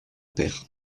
père